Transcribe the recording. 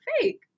fake